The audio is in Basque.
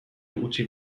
utzi